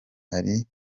ari